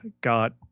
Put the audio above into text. got